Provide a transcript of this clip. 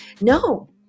No